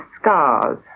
scars